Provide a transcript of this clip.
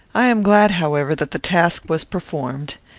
i am glad, however, that the task was performed.